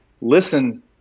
Listen